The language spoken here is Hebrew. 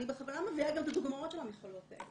אני בכוונה מביאה גם את הדוגמאות של המכללות האלה.